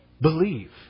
believe